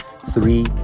three